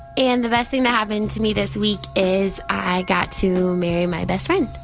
and the best thing that happened to me this week is, i got to marry my best friend.